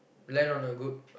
land on a good